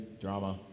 drama